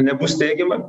nebus teigiama